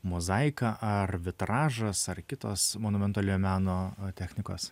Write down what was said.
mozaika ar vitražas ar kitos monumentaliojo meno technikos